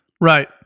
Right